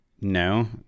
no